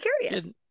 curious